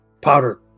powder